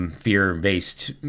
Fear-based